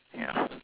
ya